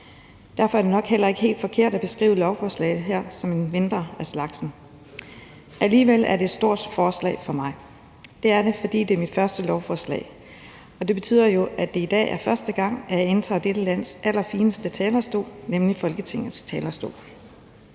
Derfor er det nok heller ikke helt forkert at beskrive lovforslaget her som et mindre af slagsen. Alligevel er det et stort forslag for mig. Det er det, fordi det er mit første lovforslag, og det betyder jo, at det i dag er første gang, at jeg indtager dette lands allerfineste talerstol, nemlig Folketingets talerstol.